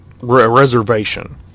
reservation